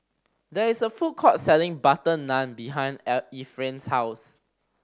there is a food court selling butter naan behind Efrain's house